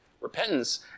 repentance